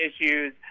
issues